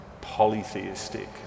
polytheistic